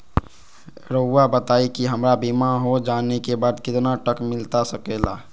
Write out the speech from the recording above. रहुआ बताइए कि हमारा बीमा हो जाने के बाद कितना तक मिलता सके ला?